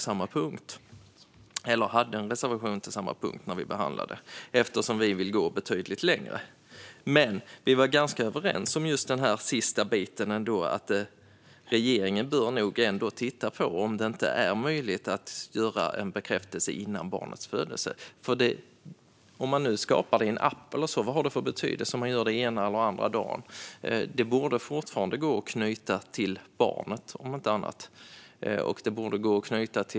Sverigedemokraterna hade en reservation till samma punkt när vi behandlade detta, eftersom vi vill gå betydligt längre, men vi var ganska överens om den sista biten - att regeringen ändå bör titta på om det inte är möjligt att lämna bekräftelse före barnets födelse. Om man nu skapar den möjligheten, i en app eller så, vad har det för betydelse om bekräftelsen görs den ena eller den andra dagen? Det borde fortfarande gå att knyta till barnet, om inte annat.